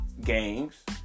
gangs